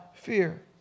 Fear